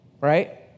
right